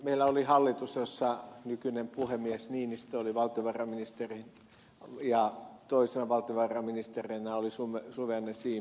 meillä oli hallitus jossa nykyinen puhemies niinistö oli valtiovarainministeri ja toisena valtiovarainministerinä oli suvi anne siimes